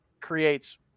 creates